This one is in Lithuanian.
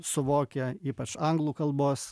suvokia ypač anglų kalbos